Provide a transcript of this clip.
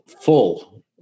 full